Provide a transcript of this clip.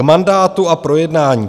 K mandátu a projednání.